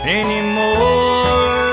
anymore